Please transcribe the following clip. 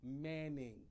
Manning